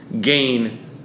gain